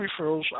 referrals